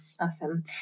Awesome